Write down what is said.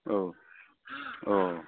औ औ